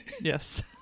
Yes